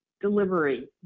delivery